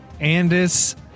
Andis